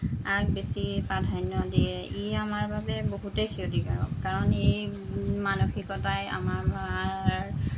আক বেছি প্ৰাধান্য দিয়ে ই আমাৰ বাবে বহুতেই ক্ষতিকাৰক কাৰণ এই মানসিকতাই আমাৰ